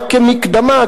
רק כמקדמה,